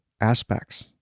aspects